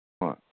ꯍꯣꯏ